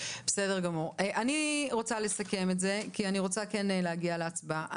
אני רוצה לסכם כי אני רוצה להגיע להצבעה.